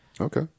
Okay